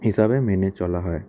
হিসাবে মেনে চলা হয়